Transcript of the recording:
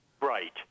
Right